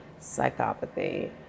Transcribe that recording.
psychopathy